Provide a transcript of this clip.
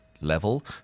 level